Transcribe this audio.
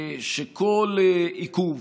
שכל עיכוב